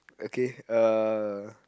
okay uh